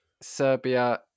Serbia